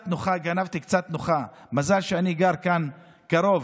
גנבתי קצת מנוחה, מזל שאני גר כאן קרוב,